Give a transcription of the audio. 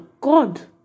God